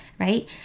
right